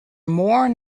more